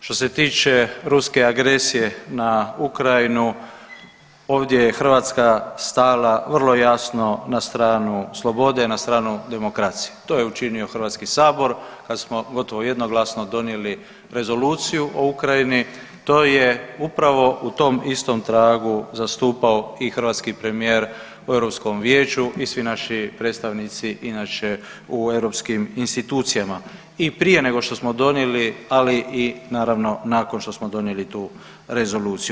Što se tiče ruske agresije na Ukrajinu ovdje je Hrvatska stala vrlo jasno na stranu slobode, na stranu demokracije, to je učinio HS kada smo gotovo jednoglasno donijeli Rezoluciju o Ukrajini, to je upravo u tom istom tragu zastupao i hrvatski premijer u Europskom Vijeću i svi naši predstavnici inače u europskim institucijama i prije nego to smo donijeli, ali i naravno nakon što smo donijeli tu rezoluciju.